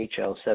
HL7